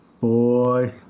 Boy